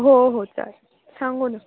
हो हो चालेल सांगू ना